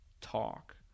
talk